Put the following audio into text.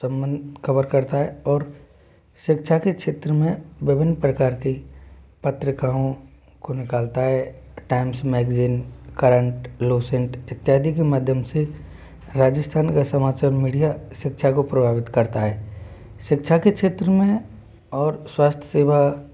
संबंध कवर करता है और शिक्षा के क्षेत्र में विभिन्न प्रकार की पत्रिकाओं को निकालता है टाइम्स मैगजीन करंट लुसेंट इत्यादि के माध्यम से राजस्थान का समाचार मीडिया शिक्षा को प्रभावित करता है शिक्षा के क्षेत्र में और स्वास्थ्य सेवा